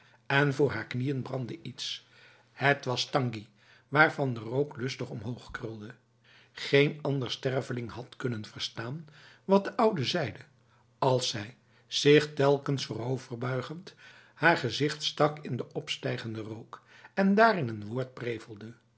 en voor haar knieën brandde iets het was stanggi waarvan de rook lustig omhoogkrulde geen ander sterveling had kunnen verstaan wat de oude zeide als zij zich telkens vooroverbuigend haar gezicht stak in de opstijgende rook en daarin een